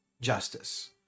justice